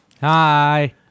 Hi